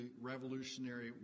Revolutionary